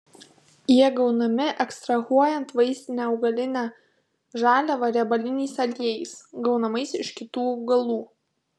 jie gaunami ekstrahuojant vaistinę augalinę žaliavą riebaliniais aliejais gaunamais iš kitų augalų